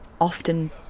often